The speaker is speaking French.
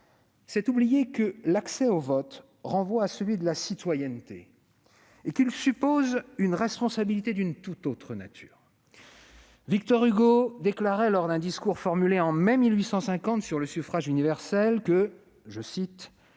C'est oublier que l'accès au vote renvoie à la citoyenneté et qu'il suppose une responsabilité d'une tout autre nature. Victor Hugo évoquait, lors d'un discours formulé en mai 1850 sur le suffrage universel, ce